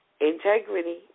integrity